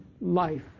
life